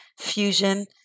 Fusion